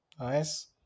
Nice